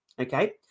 okay